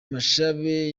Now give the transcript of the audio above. bashabe